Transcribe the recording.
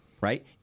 Right